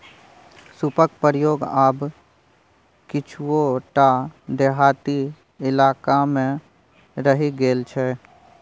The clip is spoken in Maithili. सूपक प्रयोग आब किछुए टा देहाती इलाकामे रहि गेल छै